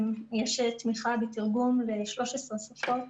יש תמיכה ותרגום ל-13 שפות,